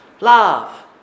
love